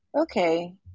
okay